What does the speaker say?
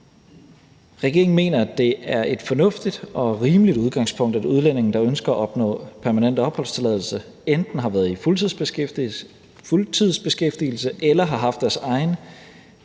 Regeringen mener, at det er et fornuftigt og rimeligt udgangspunkt, at udlændinge, der ønsker at opnå permanent opholdstilladelse, enten har været i fuldtidsbeskæftigelse eller har haft deres egen